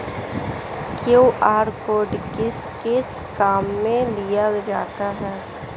QR code किस किस काम में लिया जाता है?